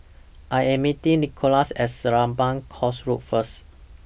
I Am meeting Nickolas At Serapong Course Road First